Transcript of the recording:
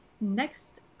next